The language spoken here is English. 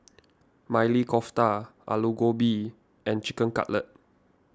Maili Kofta Alu Gobi and Chicken Cutlet